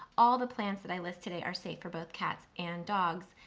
all the plants that i list today are safe for both cats and dogs.